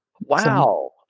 Wow